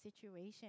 situation